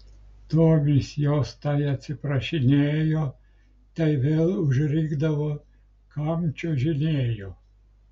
tomis jos tai atsiprašinėjo tai vėl užrikdavo kam čiuožinėjo